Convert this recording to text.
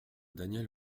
danièle